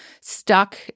stuck